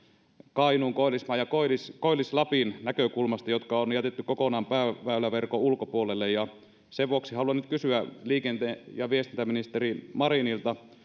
kainuun koillismaan ja koillis koillis lapin näkökulmasta jotka on jätetty kokonaan pääväyläverkon ulkopuolelle sen vuoksi haluan nyt kysyä liikenne ja viestintäministeri marinilta